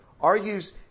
Argues